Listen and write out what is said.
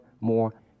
more